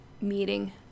meeting